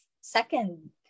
second